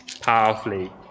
powerfully